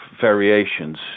variations